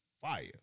fire